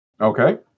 Okay